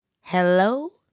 Hello